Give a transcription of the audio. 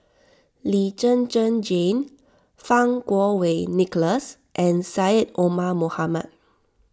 Lee Zhen Zhen Jane Fang Kuo Wei Nicholas and Syed Omar Mohamed